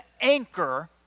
anchor